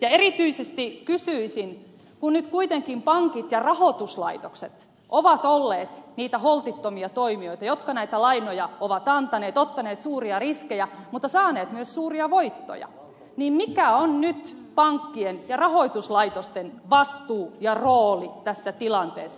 erityisesti kysyisin kun nyt kuitenkin pankit ja muut rahoituslaitokset ovat olleet niitä holtittomia toimijoita jotka näitä lainoja ovat antaneet ottaneet suuria riskejä mutta saaneet myös suuria voittoja mikä on pankkien ja rahoituslaitosten vastuu ja rooli tässä tilanteessa